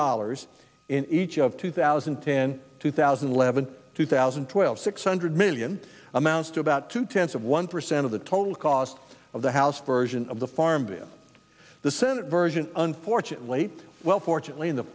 dollars in each of two thousand and ten two thousand and eleven two thousand and twelve six hundred million amounts to about two tenths of one percent of the total cost of the house version of the farm bill the senate version unfortunately well fortunately in the